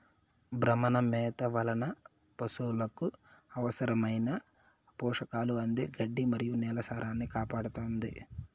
భ్రమణ మేత వలన పసులకు అవసరమైన పోషకాలు అంది గడ్డి మరియు నేల సారాన్నికాపాడుతుంది